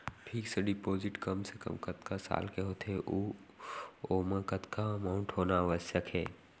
Fix deposit कम से कम कतका साल के होथे ऊ ओमा कतका अमाउंट होना आवश्यक हे?